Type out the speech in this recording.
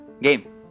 game